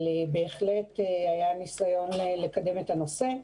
בהחלט היה ניסיון לקדם את הנושא,